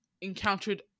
encountered